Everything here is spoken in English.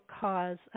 cause